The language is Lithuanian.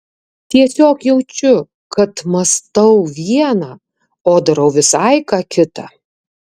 tiesiog jaučiu kad mąstau viena o darau visai ką kita